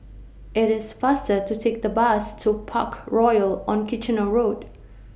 IT IS faster to Take The Bus to Parkroyal on Kitchener Road